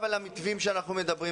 לגבי המתווים עליהם אנחנו מדברים.